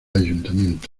ayuntamiento